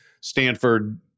Stanford